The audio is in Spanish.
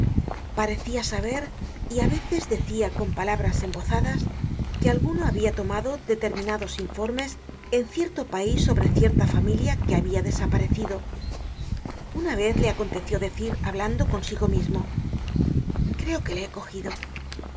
parecia saber y á veces decia con palabras embozadas que alguno habia tomado determinados informes en cierto pais sobre cierta familia que habia desaparecido una vez le aconteció decir hablando consigo mismo creo que le he cogido